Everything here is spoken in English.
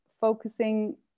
focusing